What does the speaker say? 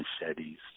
machetes